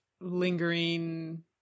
lingering